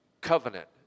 covenant